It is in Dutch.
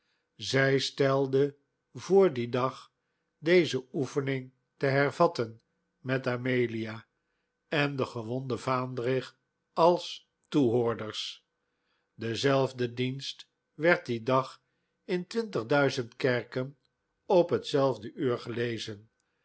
zij stelde voor dien dag deze oefening te hervatten met amelia en den gewonden vaandrig als toehoorders dezelfde dienst werd dien dag in twintig duizend kerken op hetzelfde uur gelezen